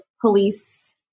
police